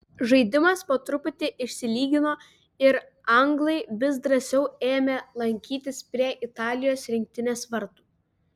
žaidimas po truputį išsilygino ir anglai vis drąsiau ėmė lankytis prie italijos rinktinės vartų